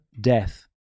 Death